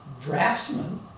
draftsman